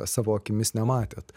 savo akimis nematėt